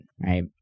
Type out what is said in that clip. right